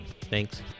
Thanks